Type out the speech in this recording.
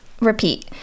repeat